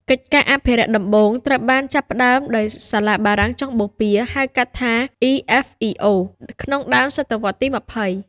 កិច្ចការអភិរក្សដំបូងត្រូវបានចាប់ផ្តើមដោយសាលាបារាំងចុងបូព៌ា (ហៅកាត់ថា EFEO) ក្នុងដើមសតវត្សរ៍ទី២០។